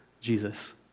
Jesus